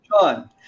John